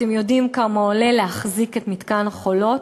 אתם יודעים כמה עולה להחזיק את מתקן "חולות"?